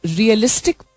realistic